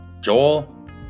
joel